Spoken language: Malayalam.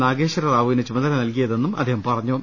നാഗേ ശ്വരറാവുവിന് ചുമതല നൽകിയതെന്നും അദ്ദേഹം പറഞ്ഞു